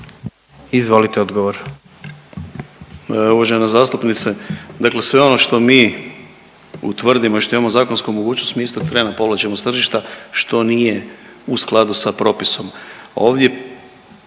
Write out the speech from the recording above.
Andrija (HDZ)** Uvažena zastupnice, dakle sve ono što mi utvrdimo i što imamo zakonsku mogućnost, mi istog treba povlačimo s tržišta, što nije u skladu sa propisom.